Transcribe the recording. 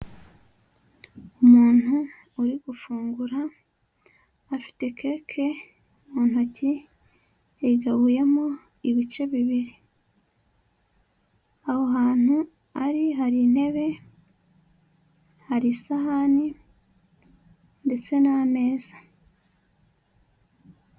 Umuntu uri gufungura, afite keke mu ntoki, igabuyemo ibice bibiri. Aho hantu ari hari intebe, hari isahani ndetse n'ameza.